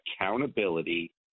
accountability